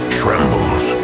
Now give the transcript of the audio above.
trembles